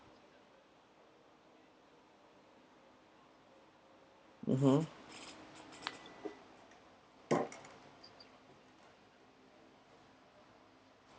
mmhmm